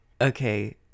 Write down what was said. Okay